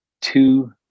two